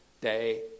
Day